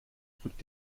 rückt